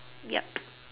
yup